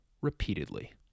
repeatedly